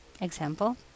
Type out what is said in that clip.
Example